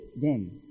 gone